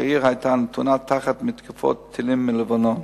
כשהעיר היתה נתונה תחת מתקפות טילים מלבנון.